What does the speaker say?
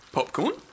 Popcorn